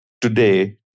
today